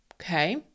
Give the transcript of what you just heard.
Okay